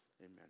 Amen